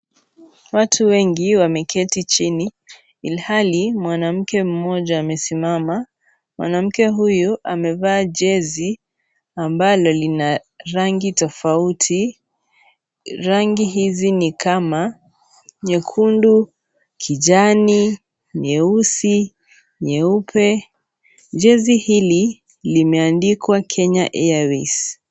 Watu wengi, wameketi chini, ilhali, mwanamke mmoja amesimama, mwanamke huyu, amevaa jezi, ambalo lina, rangi tofauti, rangi hizi ni kama, nyekundu, kijani, nyeusi, nyeupe, jezi hili, limeandikwa, Kenya Airways.